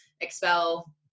expel